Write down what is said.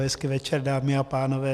Hezký večer, dámy a pánové.